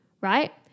right